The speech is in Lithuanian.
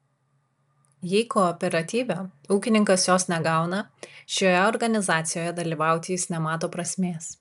jei kooperatyve ūkininkas jos negauna šioje organizacijoje dalyvauti jis nemato prasmės